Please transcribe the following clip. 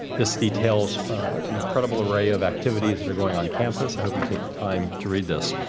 this details an incredible array of activities that are going on campus. i hope you take the time to read this.